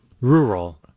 Rural